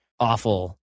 awful